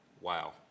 Wow